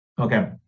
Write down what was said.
Okay